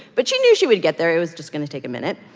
but she knew she would get there. it was just going to take a minute.